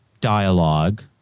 dialogue